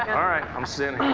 um alright, i'm standing.